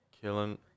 Killing